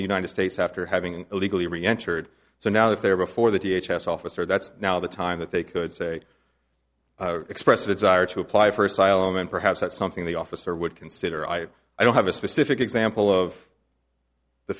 the united states after having illegally re entered so now if they were before the t h s officer that's now the time that they could say express a desire to apply for asylum and perhaps that's something the officer would consider i i don't have a specific example of the